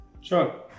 Sure